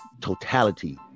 totality